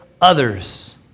others